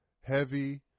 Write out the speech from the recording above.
heavy